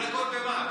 מחולקות במה?